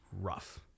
rough